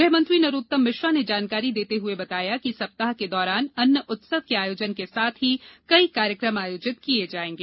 गृहमंत्री नरोत्तम मिश्रा ने जानकारी देते हुए बताया कि सप्ताह के दौरान अन्न उत्सव के आयोजन के साथ ही कई कार्यक्रम आयोजित किये जायेंगे